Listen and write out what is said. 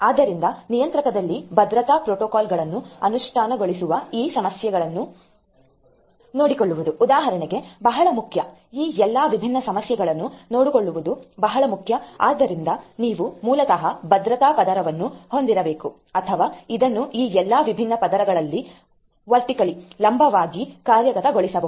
ಆದ್ದರಿಂದ ನಿಯಂತ್ರಕದಲ್ಲಿ ಭದ್ರತಾ ಪ್ರೋಟೋಕಾಲ್ಗಳನ್ನು ಅನುಷ್ಠಾನಗೊಳಿಸುವ ಈ ಸಮಸ್ಯೆಗಳನ್ನು ನೋಡಿಕೊಳ್ಳುವುದು ಉದಾಹರಣೆಗೆ ಬಹಳ ಮುಖ್ಯ ಈ ಎಲ್ಲಾ ವಿಭಿನ್ನ ಸಮಸ್ಯೆಗಳನ್ನು ನೋಡಿಕೊಳ್ಳುವುದು ಬಹಳ ಮುಖ್ಯ ಆದ್ದರಿಂದ ನೀವು ಮೂಲತಃ ಭದ್ರತಾ ಪದರವನ್ನು ಹೊಂದಿರಬೇಕು ಅಥವಾ ಇದನ್ನು ಈ ಎಲ್ಲಾ ವಿಭಿನ್ನ ಪದರಗಳಲ್ಲಿ ಲಂಬವಾಗಿ ಕಾರ್ಯಗತಗೊಳಿಸಬಹುದು